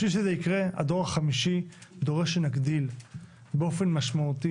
בשביל שזה יקרה הדור החמישי דורש שנגדיל באופן משמעותי